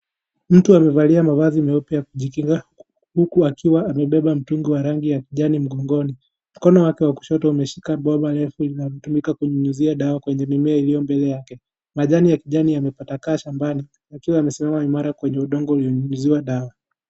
Mtu amevalia mavazi meupe ya kujikinga huku akiwa amebeba mtungi wa rangi ya kijani mgongoni , mkono wake wa kushoto umeshika bwawa linalotumika kunyunyiza dawa kwenye mimea iliyo mbele yake. Majani ya kijani yametapakaa shambani yakiwa yamesimama imara kwenye udongo ulionyunyizwa dawa.